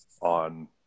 on